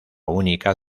única